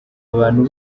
abantu